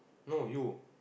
no you